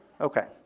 Okay